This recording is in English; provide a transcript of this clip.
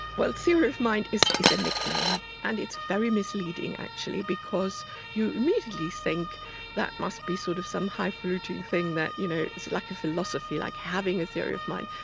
well, the theory of mind is is a nickname and it's very misleading, actually, because you immediately think that must be sort of some highfaluting thing that you know is like a philosophy, like having a theory of mind.